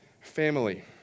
family